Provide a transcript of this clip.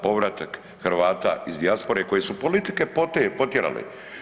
Povratak Hrvata iz dijaspore koji su politike potjerale.